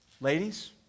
Ladies